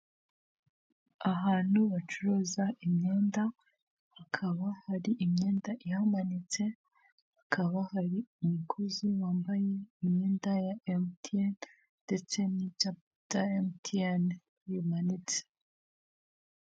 Ahantu bacuruza imyenda hakaba hari imyenda ihamanitse hakaba hari umuguzi wambaye imyenda ya emutiyene ndetse n'icyapacya emutiyene bimanitse.